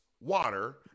water